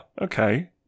okay